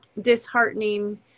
disheartening